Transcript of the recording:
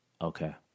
okay